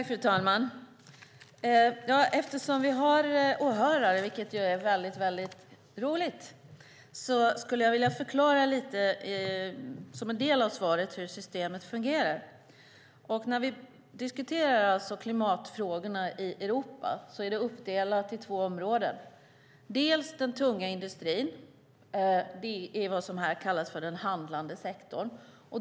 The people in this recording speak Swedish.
Fru talman! Eftersom vi har åhörare här i dag, vilket är väldigt roligt, skulle jag som en del av svaret vilja förklara lite hur systemet fungerar. Diskussionen om klimatfrågorna i Europa är uppdelad på två områden. Det ena är den tunga industrin som här kallas för den handlande sektorn.